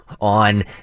on